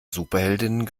superheldinnen